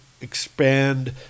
expand